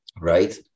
right